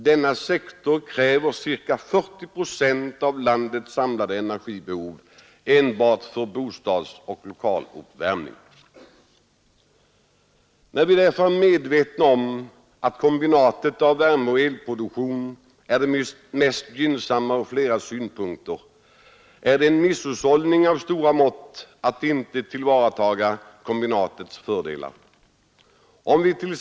Denna sektor kräver ca 40 procent av landets samlade energibehov. När vi är medvetna om att kombinatet av värmeoch elproduktion är det mest gynnsamma från flera synpunkter, är det en misshushållning av stora mått att inte tillvarata kombinatets fördelar.